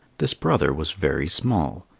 this brother was very small.